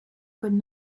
could